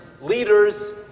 leaders